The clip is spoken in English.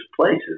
places